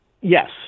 Yes